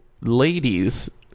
ladies